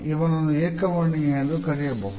ಇವನನ್ನು ಏಕವರ್ಣೀಯ ಎಂದು ಕರೆಯಬಹುದು